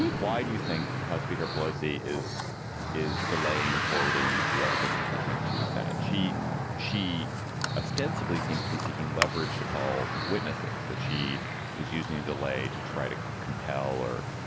why do you think house speaker pelosi is is delaying forwarding the articles of impeachment to the senate? she she ostensibly seems to be seeking leverage to call witnesses that she is using delay to try to compel or